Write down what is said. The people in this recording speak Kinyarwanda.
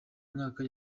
mwaka